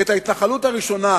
את ההתנחלות הראשונה